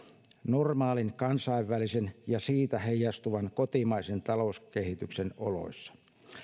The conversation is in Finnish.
normaalin kansainvälisen ja siitä heijastuvan kotimaisen talouskehityksen oloissa